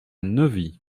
neuvy